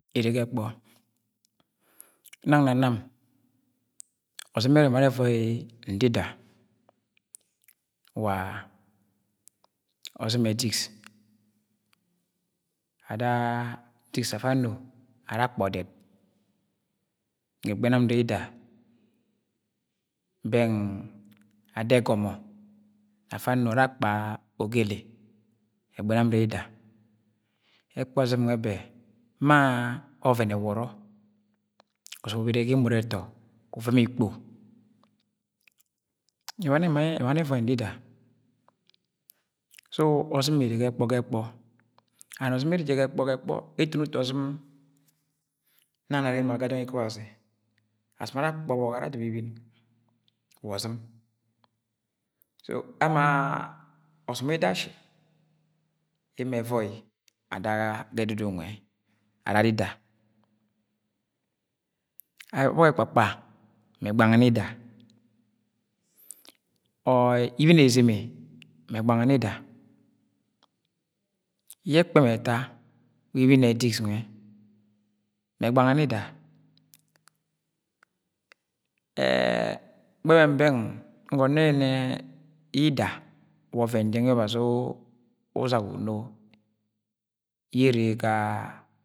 . ere gẹ ẹkpọ nang na nam ọzṫm ẹrẹ ẹma ni ẹvọi ndida wa ọzim ẹ disk ada disk ada disk afa ano ara akpa ọdẹd ga ẹgbẹ nam nre ida bẹng ada ẹgọmọ afa ano ara akpa ogele ẹgbẹ nam nre ida ẹkpọ oz+m nwe bẹ ma ọvẹn ẹwọrọ ọsọm ubere ga emot ẹtọ uuẹmẹ ikpo ẹbani, ẹbani ẹma ni ẹvọi ndida so oz+m ere ga ẹkpọ ga ẹkpọ and ọzṫm ere jẹ ga ẹkpọ ga ẹkpọ ga ẹkpọ etoni uto ọzṫm nang na arre ma ga dong ikọbazi asom ara akpa ọbọk ara adṫma ibin wa ọzṫm so ama ọsọm ida ashi yẹ ẹmẹ ẹvọi ada ga ẹdudu nwẹ ara adida ọbọk ẹkpakpa mẹ egbanga ni ida ibin ezezeme mẹ ẹgbanga ni ida, ye ẹkpẹm ẹta wa ibin ẹ disk nwẹ mẹ ẹgbangani ida ẹgbẹ beng–beng ngọnọ ni nnẹ yẹnẹ ida wa ọvẹn jẹng ye ọbazi uzaga umo yẹ ere ga.